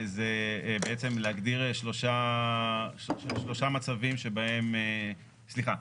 זה להגדיר שלושה מצבים שבהם סליחה,